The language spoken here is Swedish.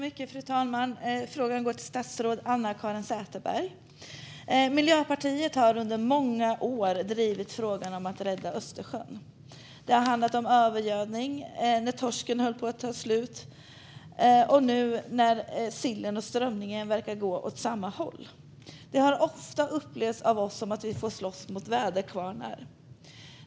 Fru talman! Min fråga går till statsrådet Anna-Caren Sätherberg. Miljöpartiet har under många år drivit frågan om att rädda Östersjön. Det har handlat om övergödning när torsken höll på att ta slut, och nu verkar det gå åt samma håll med sillen och strömmingen. Vi har ofta upplevt att vi får slåss mot väderkvarnar.